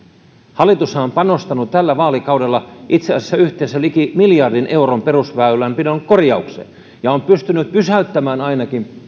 hallitushan on panostanut tällä vaalikaudella itse asiassa yhteensä liki miljardi euroa perusväylänpidon korjaukseen ja on pystynyt ainakin